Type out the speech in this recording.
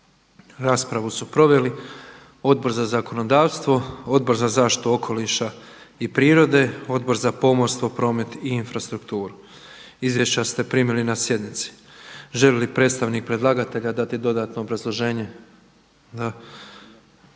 Raspravu su proveli Odbor za zakonodavstvo, Odbor za zaštitu okoliša i prirode, Odbor za pomorstvo, promet i infrastrukturu. Izvješća ste primili na sjednici. Želi li predstavnik predlagatelja dati dodatno obrazloženje?